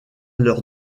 leur